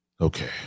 Okay